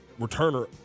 returner